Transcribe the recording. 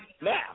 Now